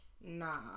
Nah